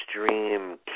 extreme